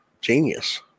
genius